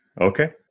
Okay